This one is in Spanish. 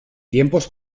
tiempos